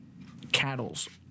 cattles